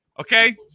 okay